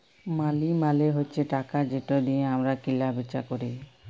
মালি মালে হছে টাকা যেট দিঁয়ে আমরা কিলা বিচা ক্যরি